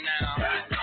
now